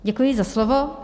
Děkuji za slovo.